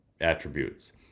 attributes